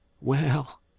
Well